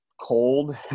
cold